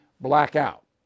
blackout